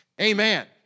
Amen